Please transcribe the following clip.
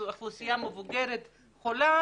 האוכלוסייה המבוגרת חולה